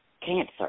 cancer